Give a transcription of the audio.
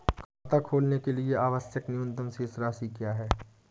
खाता खोलने के लिए आवश्यक न्यूनतम शेष राशि क्या है?